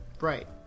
Right